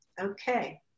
Okay